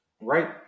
right